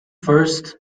first